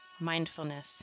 Mindfulness